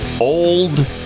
old